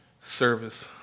service